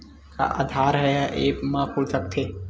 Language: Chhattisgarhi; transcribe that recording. का आधार ह ऐप म खुल सकत हे?